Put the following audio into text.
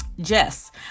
Jess